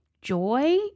joy